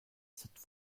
cette